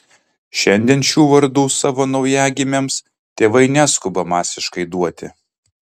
šiandien šių vardų savo naujagimiams tėvai neskuba masiškai duoti